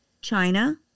china